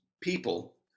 people